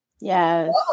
yes